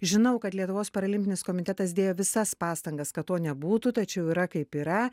žinau kad lietuvos parolimpinis komitetas dėjo visas pastangas kad to nebūtų tačiau yra kaip yra